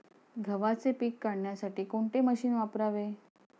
गव्हाचे पीक काढण्यासाठी कोणते मशीन वापरावे?